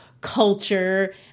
culture